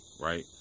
right